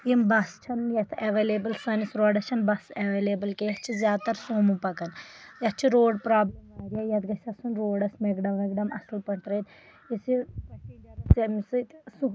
یِم بس چھےٚ نہٕ یَتھ اویلیبل سٲنِس روڈَس چھےٚ نہٕ بَس اویلیبل کیٚنٛہہ یَتھ چھ زیادٕ تر سومو پَکان یتھ چھِ روڈ پروبلم واریاہ یتھ گژھِ آسُن روڈَس میٚکڈم ویٚکڈم اَصٕل پٲٹھۍ ترٲوِتھ یُس یہِ